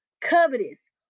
covetous